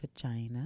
vagina